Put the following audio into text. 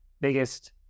biggest